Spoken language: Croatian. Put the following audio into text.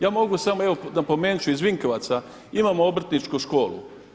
Ja mogu samo, evo napomenut ću iz Vinkovaca imamo Obrtničku školu.